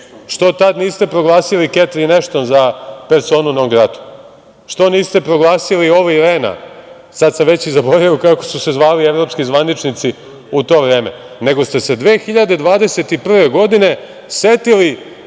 Zašto tada niste proglasili Ketrin Ešton za personu non grata? Zašto niste proglasili Oli Rena? Sada sam već i zaboravio kako su se zvali evropski zvaničnici u to vreme, nego ste se 2021. godine setili